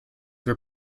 were